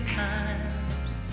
times